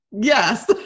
Yes